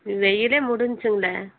வெயிலே முடிஞ்ச்சுங்களே